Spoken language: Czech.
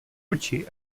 oči